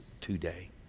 today